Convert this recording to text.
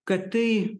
kad tai